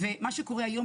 זו שרשרת שלמה של מקצועות,